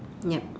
yup